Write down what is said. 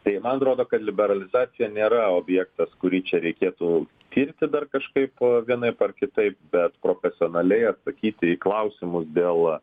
tai man rodo kad liberalizacija nėra objektas kurį čia reikėtų tirti dar kažkaip vienaip ar kitaip bet profesionaliai atsakyti į klausimus dėl